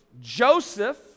Joseph